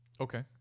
Okay